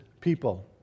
people